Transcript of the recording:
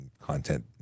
content